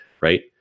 Right